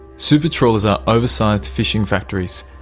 super trawlers are oversized fishing factories,